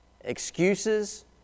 Excuses